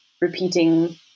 repeating